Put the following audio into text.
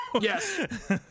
yes